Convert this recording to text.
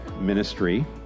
ministry